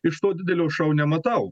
iš to didelio šou nematau